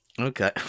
Okay